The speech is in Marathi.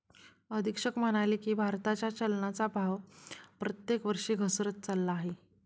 अधीक्षक म्हणाले की, भारताच्या चलनाचा भाव प्रत्येक वर्षी घसरत चालला आहे